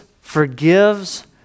forgives